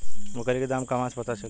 बकरी के दाम कहवा से पता चली?